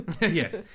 Yes